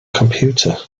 computer